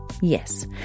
Yes